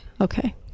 Okay